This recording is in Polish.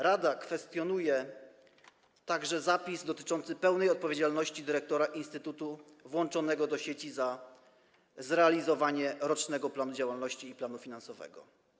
Rada kwestionuje także zapis dotyczący pełnej odpowiedzialności dyrektora instytutu włączonego do sieci za zrealizowanie rocznego planu działalności i planu finansowego.